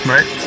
Right